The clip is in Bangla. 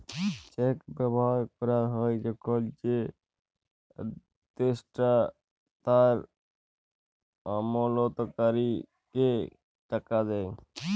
চেক ব্যবহার ক্যরা হ্যয় যখল যে আদেষ্টা তার আমালতকারীকে টাকা দেয়